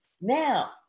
Now